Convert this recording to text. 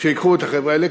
שייקחו את החבר'ה האלה,